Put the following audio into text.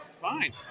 fine